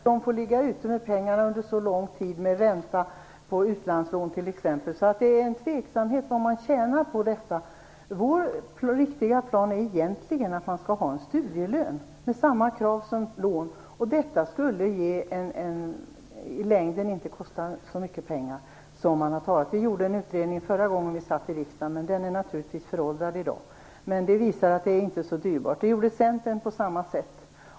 Herr talman! Staten lånar upp pengar och får ligga ute med dem under så lång tid, med ränta på utlandslån t.ex., så det är tveksamt vad staten tjänar på det. Vår riktiga plan är egentligen att det skall finnas en studielön med samma krav som för lån. Det skulle i längden inte kosta så mycket pengar som man har talat om. Vi gjorde en utredning förra gången vi satt i riksdagen, men den är naturligtvis föråldrad i dag. Den visar att ett system med studielön inte är så dyrbart. Centern gjorde på samma sätt.